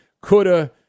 coulda